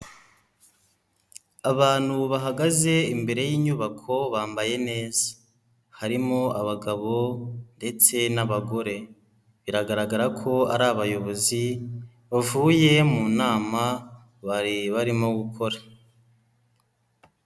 Abantu bahagaze imbere y'inyubako bambaye neza, harimo abagabo ndetse n'abagore, biragaragara ko ari abayobozi bavuye mu nama, bari barimo gukora.